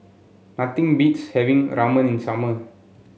nothing beats having Ramen in ummer